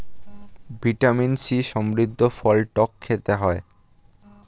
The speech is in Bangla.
ভিটামিন সি সমৃদ্ধ ফল টক খেতে হয়